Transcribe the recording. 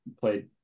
played